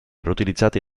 riutilizzati